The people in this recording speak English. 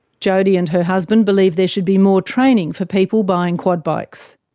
jodi and her husband believe there should be more training for people buying quad bikes,